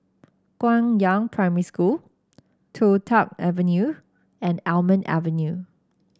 Guangyang Primary School Toh Tuck Avenue and Almond Avenue